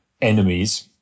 enemies